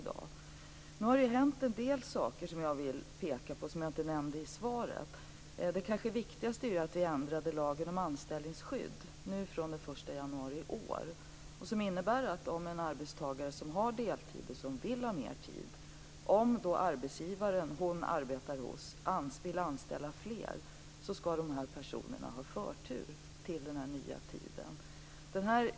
Det har nu hänt en del saker som jag inte nämnde i svaret men som jag vill peka på. Det kanske viktigaste är att vi ändrat lagen om anställningsskydd med verkan fr.o.m. den 1 januari i år. Ändringen innebär att en deltidsanställd som vill ha utökad arbetstid skall ha förtur till utökad arbetstid när hennes arbetsgivare vill anställa fler arbetstagare.